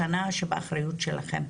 בשנה שבאחריות שלכם,